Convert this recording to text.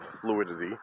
fluidity